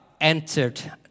entered